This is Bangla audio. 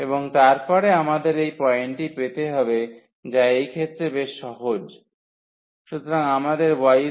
এবং তারপরে আমাদের এই পয়েন্টটি পেতে হবে যা এই ক্ষেত্রে বেশ সহজ